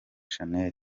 shanel